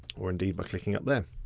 or indeed by clicking up there.